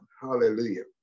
Hallelujah